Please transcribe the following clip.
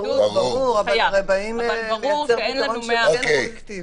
ברור, אבל באים לייצר פתרון שהוא כן קולקטיבי.